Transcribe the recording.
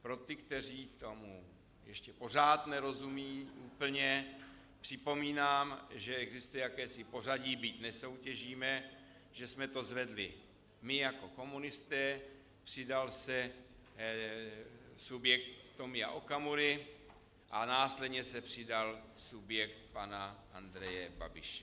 Pro ty, kteří tomu ještě pořád nerozumí úplně, připomínám, že existuje jakési pořadí, byť nesoutěžíme, že jsme to zvedli my jako komunisté, přidal se subjekt Tomia Okamury a následně se přidal subjekt pana Andreje Babiše.